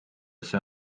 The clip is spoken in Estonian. see